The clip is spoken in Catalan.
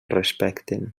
respecten